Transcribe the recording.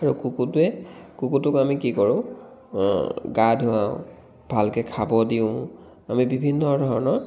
আৰু কুকুৰটোৱে কুকুৰটোক আমি কি কৰোঁ গা ধুৱাওঁ ভালকৈ খাব দিওঁ আমি বিভিন্ন ধৰণৰ